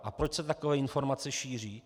A proč se takové informace šíří?